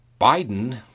Biden